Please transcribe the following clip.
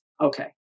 Okay